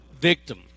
victim